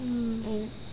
mm